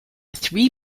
three